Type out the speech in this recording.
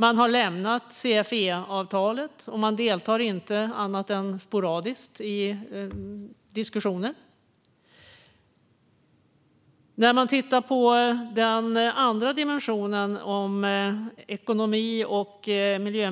Man har lämnat CFE-avtalet. Man deltar inte, annat än sporadiskt, i diskussioner. Den andra dimensionen om ekonomi och miljö